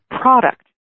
product